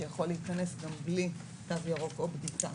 שיכול להיכנס ילד עם תעודת נכה גם בלי תו ירוק או בדיקה.